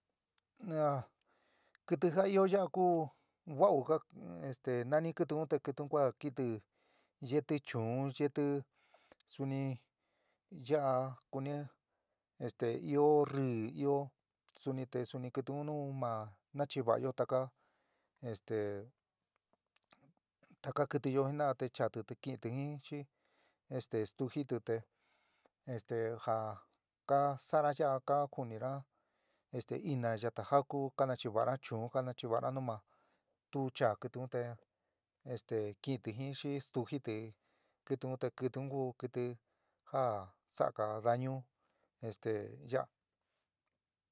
kɨtɨ ja ió yaá kú wauú ka nani kɨtɨ un te kɨtɨ un kua kɨtɨ yeétɨ chuún yeeti suni yaá kuni este, ió ríí, io suni te suni kɨtɨ un nu ma nachiva'ayo taka este taka kitiyo jinaá te chaáti te kiɨntɨ jin xi este stujitɨ te esté ja ka sa'ana ya'a ka ku'unina ina yatajácu ka nachiva'ana chuún ka nachiva'ana nu ma tu chaá kɨtɨ un te este ki'inti jin xi stujiti, kɨtɨ un te kɨtɨ un ku kɨtɨ ja sa'aga dañu ya.